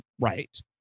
right